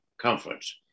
Conference